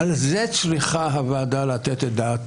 ניו זילנד היא צד להצהרה אוניברסלית בדבר זכויות האדם.